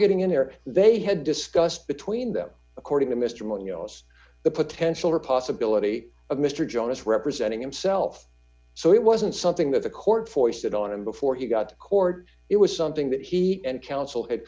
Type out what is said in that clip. getting in here they had discussed between them according to mr muoz the potential or possibility of mr jonas representing himself so it wasn't something that the court forced it on him before he got court it was something that he and counsel had